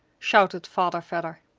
shouted father vedder.